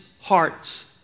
hearts